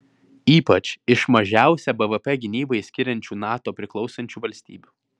ypač iš mažiausią bvp gynybai skiriančių nato priklausančių valstybių